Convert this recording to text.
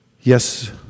Yes